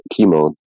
chemo